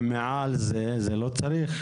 ומעל זה לא צריך?